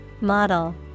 Model